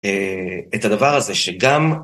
את הדבר הזה שגם